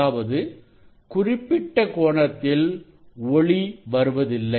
அதாவது குறிப்பிட்ட கோணத்தில் ஒளி வருவதில்லை